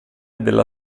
della